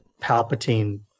Palpatine